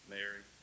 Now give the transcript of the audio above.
Mary